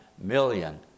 million